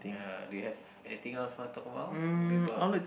uh do you have anything else want to talk about maybe about